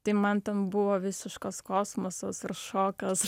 tai man ten buvo visiškas kosmosas ir šokas